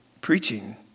preaching